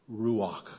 Ruach